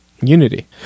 unity